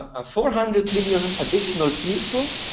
a four hundred million additional people,